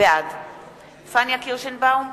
בעד פניה קירשנבאום,